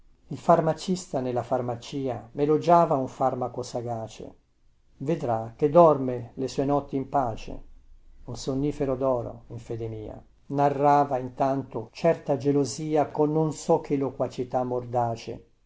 il farmacista nella farmacia melogïava un farmaco sagace vedrà che dorme le sue notti in pace un sonnifero doro in fede mia narrava intanto certa gelosia con non so che loquacità mordace